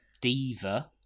Diva